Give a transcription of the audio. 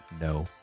no